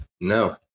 No